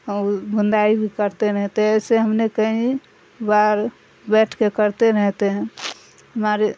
بندائی بھی کرتے رہتے ایسے ہم نے کہیں بار بیٹھ کے کرتے رہتے ہیں ہمارے